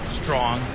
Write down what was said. strong